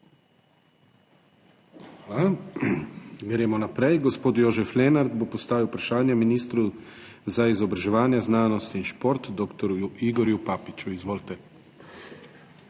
Hvala. Gremo naprej. Gospod Jožef Lenart bo postavil vprašanje ministru za izobraževanje, znanost in šport dr. Igorju Papiču. Izvolite.